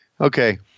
Okay